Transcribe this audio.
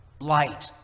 light